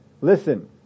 Listen